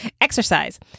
Exercise